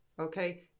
Okay